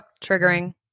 Triggering